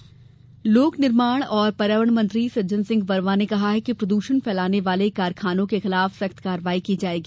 सज्जन लोक निर्माण और पर्यावरण मंत्री सज्जन सिंह वर्मा ने कहा है कि प्रद्षण फैलाने वाले कारखानों के खिलाफ सख्त कार्यवाही की जायेगी